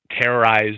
terrorized